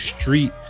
street